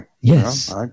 Yes